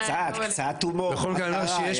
קצת, קצת הומור, מה קרה?